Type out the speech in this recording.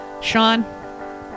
Sean